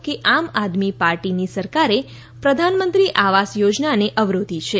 કે આમ આદમી પાર્ટીની સરકારે પ્રધાનમંત્રી આવાસ યોજનાને અવરોધી છે